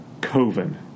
Coven